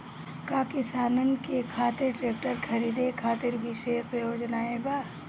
का किसानन के खातिर ट्रैक्टर खरीदे खातिर विशेष योजनाएं बा?